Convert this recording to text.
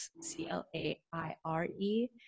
C-L-A-I-R-E